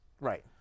Right